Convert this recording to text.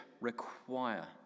require